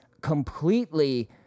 completely